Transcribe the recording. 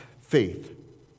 faith